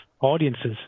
audiences